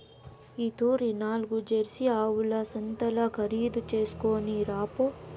ఈ తూరి నాల్గు జెర్సీ ఆవుల సంతల్ల ఖరీదు చేస్కొని రాపో